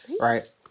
right